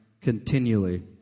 continually